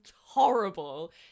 horrible